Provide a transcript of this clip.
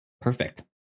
perfect